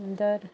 दर